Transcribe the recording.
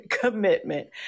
commitment